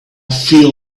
feel